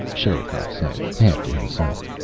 sherikov said, half to himself.